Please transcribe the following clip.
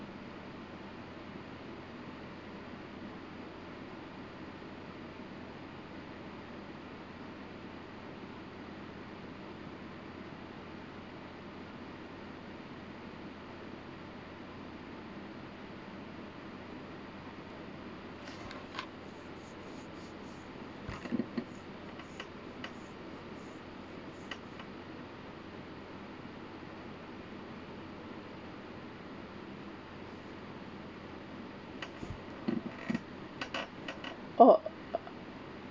orh